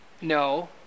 no